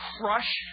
crush